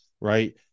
right